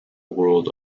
world